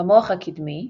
המוח הקדמי,